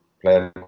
play